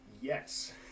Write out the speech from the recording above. yes